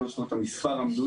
אני לא זוכר את המספר המדויק,